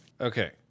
Okay